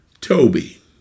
Toby